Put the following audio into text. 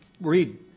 read